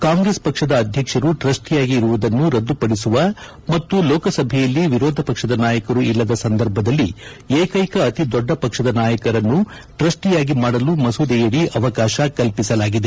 ಕಾಂಗ್ರೆಸ್ ಪಕ್ಷದ ಆಧ್ವಕ್ಷರು ಟ್ರಸ್ಲಿಯಾಗಿ ಇರುವುದನ್ನು ರದ್ಲುಪಡಿಸುವ ಮತ್ತು ಲೋಕಸಭೆಯಲ್ಲಿ ವಿರೋಧಪಕ್ಷದ ನಾಯಕರು ಇಲ್ಲದ ಸಂದರ್ಭದಲ್ಲಿ ಏಕೈಕ ಅತಿ ದೊಡ್ಡ ಪಕ್ಷದ ನಾಯಕರನ್ನು ಟ್ರಸ್ಸಿಯಾಗಿ ಮಾಡಲು ಮಸೂದೆಯಡಿ ಅವಕಾತ ಕಲ್ಲಿಸಲಾಗಿದೆ